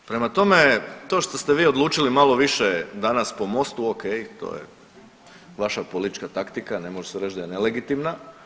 Prema tome, što ste vi odlučili malo više danas po MOST-u o.k, to je vaša politička taktika, ne može se reći da je ne nelegitimna.